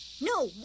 No